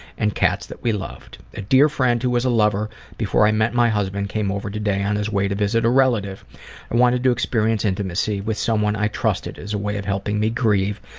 and cats that we loved. a dear friend who was a lover before i met my husband came over today on his way to visit a relative and i wanted to experience intimacy with someone i trusted as a way of helping me grieve.